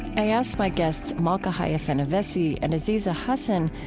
i asked my guests, malka haya fenyvesi and aziza hasan,